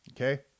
Okay